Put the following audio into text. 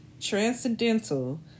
transcendental